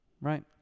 Right